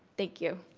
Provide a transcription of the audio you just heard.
thank you.